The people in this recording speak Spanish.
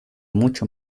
mucho